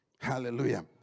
Hallelujah